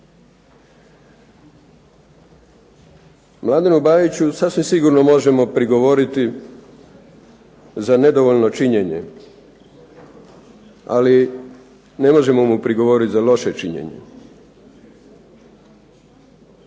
Mladenu Bajiću sasvim sigurno možemo prigovoriti za nedovoljno činjenje ali ne možemo mu prigovoriti za loše činjenje.